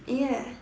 ya